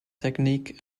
technique